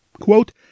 Quote